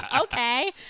okay